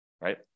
right